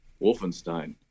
Wolfenstein